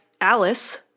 Alice